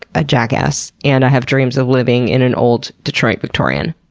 a jackass and i have dreams of living in an old detroit victorian.